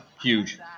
huge